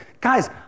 Guys